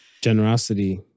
Generosity